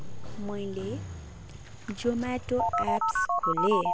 मैले Zomato apps खोलेँ